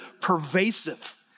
pervasive